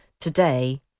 today